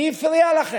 מי הפריע לכם?